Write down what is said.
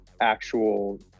actual